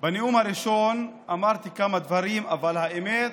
בנאום הראשון אמרתי כמה דברים, אבל האמת,